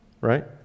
right